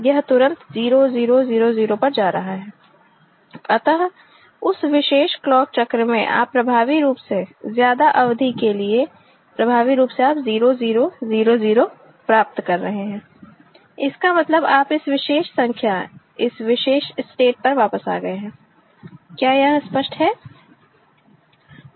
यह तुरंत 0 0 0 0 पर जा रहा है अतः उस विशेष क्लॉक चक्र में आप प्रभावी रूप से ज्यादा अवधि के लिए प्रभावी रूप से आप 0 0 0 0 प्राप्त कर रहे हैं इसका मतलब आप इस विशेष संख्या इस विशेष स्टेट पर वापस आ गए हैं क्या यह स्पष्ट है